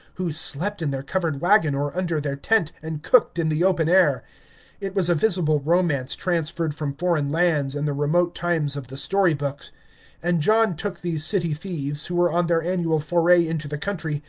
who slept in their covered wagon or under their tent, and cooked in the open air it was a visible romance transferred from foreign lands and the remote times of the story-books and john took these city thieves, who were on their annual foray into the country,